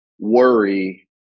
worry